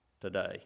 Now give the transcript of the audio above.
today